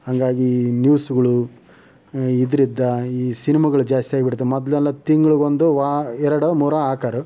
ಹಂಗಾಗಿ ಈ ನ್ಯೂಸ್ಗಳು ಇದ್ರಿಂದ ಈ ಸಿನಿಮಾಗಳು ಜಾಸ್ತಿ ಆಗ್ಬಿಟ್ಟದ ಮೊದಲೆಲ್ಲ ತಿಂಗ್ಳಿಗೊಂದು ವಾ ಎರಡೋ ಮೂರೋ ಹಾಕೋರು